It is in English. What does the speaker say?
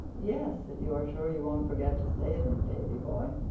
yes, if you are sure you won't forget to say them, davy-boy.